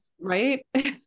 Right